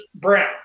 Brown